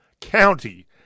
county